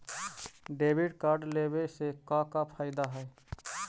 Debit card लेवे से का का फायदा है?